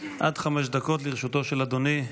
עד חמש דקות לרשותו של אדוני.